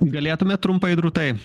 galėtumėt trumpai drūtai